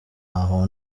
naho